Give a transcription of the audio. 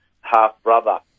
half-brother